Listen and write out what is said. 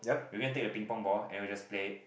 we go and take the Ping Pong ball and we just play